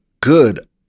good